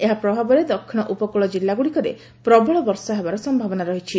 ଏହାର ପ୍ରଭାବରେ ଦକିଶ ଉପକୁଳ ଜିଲ୍ଲାଗୁଡିକରେ ପ୍ରବଳ ବର୍ଷା ହେବାର ସୟାବନା ରହିଛି